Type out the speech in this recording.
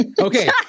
Okay